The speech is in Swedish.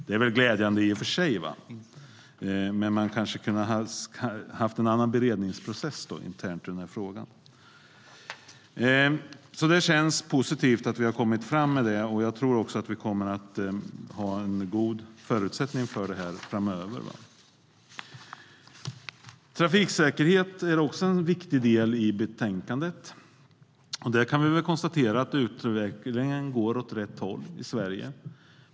Det är i och för sig glädjande, men man hade kanske kunnat ha en annan intern beredningsprocess. Det känns positivt att det går framåt, och jag tror att vi kommer att ha goda förutsättningar framöver. Trafiksäkerhet är en viktig del i betänkandet. Vi kan konstatera att utvecklingen går åt rätt håll i Sverige.